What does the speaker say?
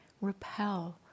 repel